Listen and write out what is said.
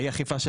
אי אכיפה של